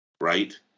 right